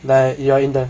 that you are in the